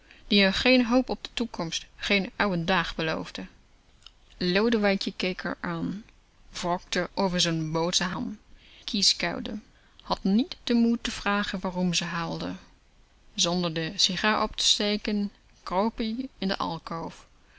die r geen hoop op de toekomst geen ouwen dag beloofde lodewijkje keek r an wrokte over z'n boterham kieskauwde had niet den moed te vragen waarom ze huilde zonder de sigaar op te steken kroop ie in de alkoof